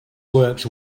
works